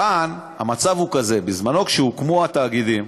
כאן המצב הוא כזה: בזמנו, כשהוקמו התאגידים,